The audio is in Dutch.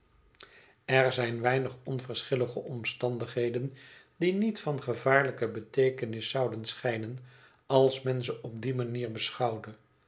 er zijn zeer het verlaten huis weinig onverschillige omstandigheden die niet van gevaarlijke beteekenis zouden schijnen als men ze op die manier beschouwde